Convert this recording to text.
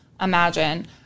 imagine